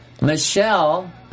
Michelle